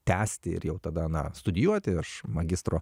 tęsti ir jau tada na studijuoti aš magistro